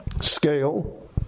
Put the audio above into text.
scale